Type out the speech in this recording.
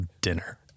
dinner